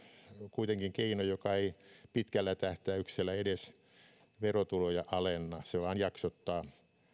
kuitenkin keino joka ei pitkällä tähtäyksellä edes verotuloja alenna se vain jaksottaa